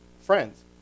friends